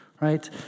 right